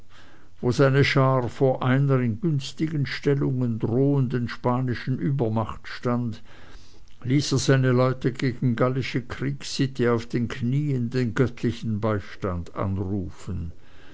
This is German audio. wo seine schar vor einer in günstigen stellungen drohenden spanischen übermacht stand ließ er seine leute gegen gallische kriegssitte auf den knieen den göttlichen beistand anrufen